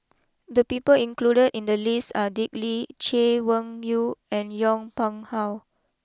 the people included in the list are Dick Lee Chay Weng Yew and Yong Pung how